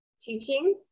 teachings